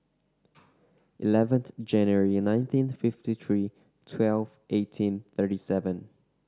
eleventh January nineteen fifty three twelve eighteen thirty seven